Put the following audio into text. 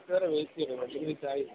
അത് വരെ വെയ്റ്റ് ചെയ്യണോ രണ്ടു മിനിറ്റ് ആയി